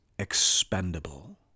expendable